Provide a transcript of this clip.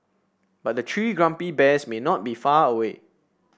but the three grumpy bears may not be far away